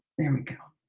there we go.